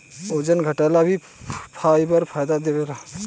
ओजन घटाएला भी फाइबर फायदा देवेला